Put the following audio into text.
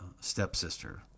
stepsister